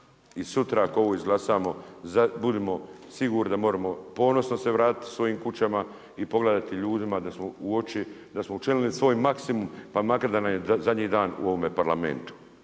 i sutra ako ovo izglasamo, budimo sigurni da možemo ponosno se vratiti svojim kućama, i pogledati ljudima u oči da smo učinili svoj maksimum pa makar da me zadnji dan u ovom Parlamentu.